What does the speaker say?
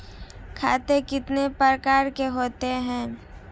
खाते कितने प्रकार के होते हैं?